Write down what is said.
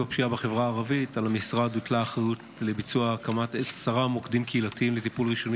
בנושא: הקמת מוקדים קהילתיים לצעירים